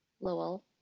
Lowell